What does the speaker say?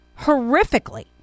horrifically